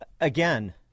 Again